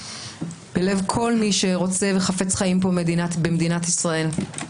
בלב כל מי שרוצה וחפץ חיים פה במדינת ישראל.